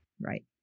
Right